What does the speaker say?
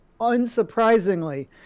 unsurprisingly